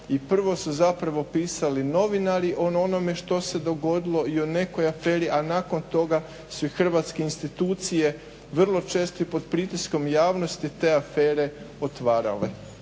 i prvo su pisali novinari o onome što se dogodilo i o nekoj aferi a nakon toga su i hrvatske institucije vrlo često i pod pritiskom javnosti te afere otvarale,